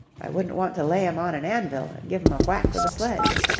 i wouldn't want to lay em on an anvil and give em a whack with a sledge.